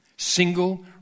single